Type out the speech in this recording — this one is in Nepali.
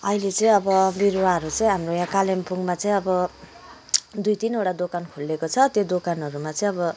अहिले चाहिँ अब बिरुवाहरू चाहिँ हाम्रो यहाँ कालिम्पुङमा चाहिँ अब दुई तिनवटा दोकान खोलिएको छ त्यो दोकानहरूमा चाहिँ अब